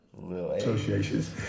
Associations